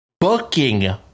booking